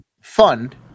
fund